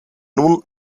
nun